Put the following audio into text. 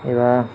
एबा